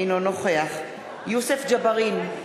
אינו נוכח יוסף ג'בארין,